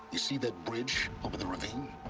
you see that bridge, over the ravine?